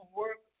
work